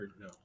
no